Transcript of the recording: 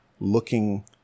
looking